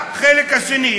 החלק השני.